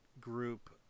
group